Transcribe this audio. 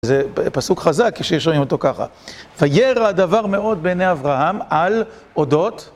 זה פסוק חזק, כששומעים אותו ככה. וירע הדבר מאוד בעיני אברהם על אודות.